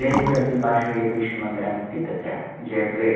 जयपुरस्य पार्श्वे यद् विष्णुमन्दिरम् अस्ति तत्र जयपुरे